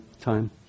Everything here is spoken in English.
time